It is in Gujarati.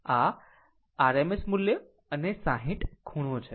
આ તે છે RMS મૂલ્ય અને 60 ખૂણો છે